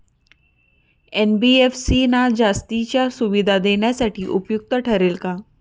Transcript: NBFC ना जास्तीच्या सुविधा देण्यासाठी उपयुक्त ठरेल का?